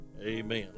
amen